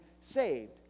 saved